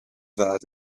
that